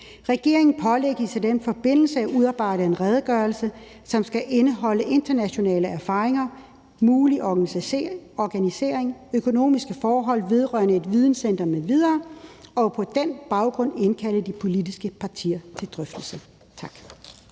Regeringen pålægges i den forbindelse at udarbejde en redegørelse, som skal indeholde internationale erfaringer, mulig organisering, økonomiske forhold vedrørende et videncenter m.v., og på den baggrund indkalde de politiske partier til drøftelser.«